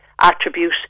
attribute